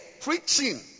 preaching